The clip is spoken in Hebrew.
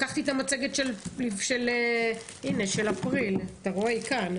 לקחתי את המצגת של אפריל והשוויתי,